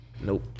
nope